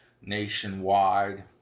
nationwide